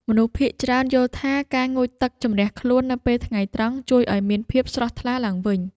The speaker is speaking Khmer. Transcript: មនុស្សភាគច្រើនយល់ថា ការងូតទឹកជម្រះខ្លួននៅពេលថ្ងៃត្រង់ ជួយឱ្យមានភាពស្រស់ថ្លាឡើងវិញ។